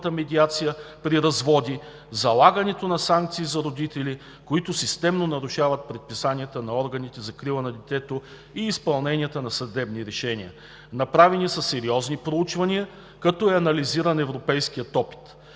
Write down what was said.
медиация при разводи, залагането на санкции за родители, които системно нарушават предписанията на органите за закрила на детето и изпълнението на съдебни решения. Направени са сериозни проучвания, като е анализиран европейският опит.